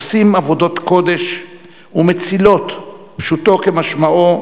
עושות עבודות קודש ומצילות, פשוטו כמשמעו,